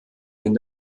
den